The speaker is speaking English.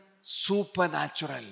supernatural